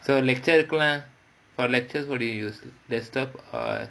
so lecture for lectures what do you use desktop or